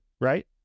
right